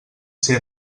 ser